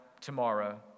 tomorrow